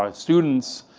um students,